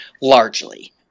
largely